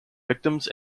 victims